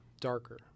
darker